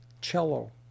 cello